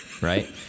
right